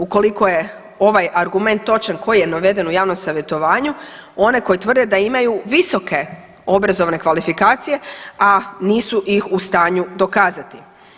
Ukoliko je ovaj argument točan koji je naveden u javnom savjetovanju one koji tvrde da imaju visoke obrazovne kvalifikacije, a nisu ih u stanju dokazat.